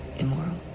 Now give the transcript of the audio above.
immoral.